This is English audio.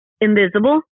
Invisible